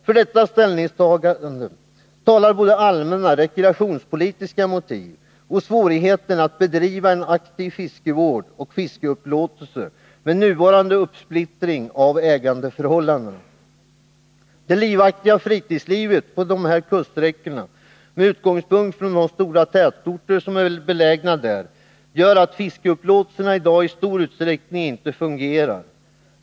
För detta ställningstagande talar både allmänna rekreationspolitiska motiv och svårigheten att bedriva aktiv fiskevård och fiskeupplåtelse med nuvarande uppsplittring av ägandeförhållandena. Det livaktiga fritidslivet på denna kuststräcka med utgångspunkt från de stora tätorter som är belägna där gör att fiskeupplåtelserna i dag i stor utsträckning inte fungerar.